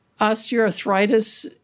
Osteoarthritis